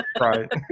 Right